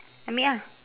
amek ah